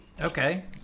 Okay